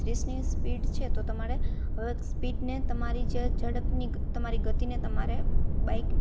ત્રીસની speed છે તો તમારે હવે સ્પીડને તમારી જે ઝડપની તમારી ગતિને તમારે બાઈક